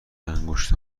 انگشت